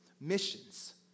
Missions